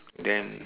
then